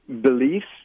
beliefs